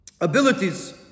abilities